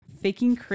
Faking